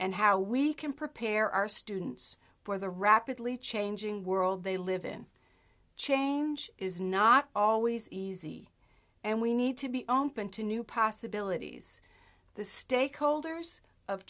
and how we can prepare our students for the rapidly changing world they live in change is not always easy and we need to be open to new possibilities the stakeholders of